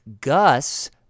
Gus